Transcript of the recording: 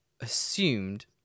assumed